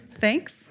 Thanks